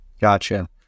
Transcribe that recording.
gotcha